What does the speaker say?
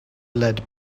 led